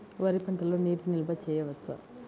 వరి పంటలో నీటి నిల్వ చేయవచ్చా?